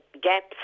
gaps